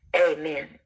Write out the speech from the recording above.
amen